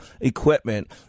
equipment